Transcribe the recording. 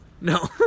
No